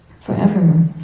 forever